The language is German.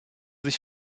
sich